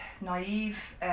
Naive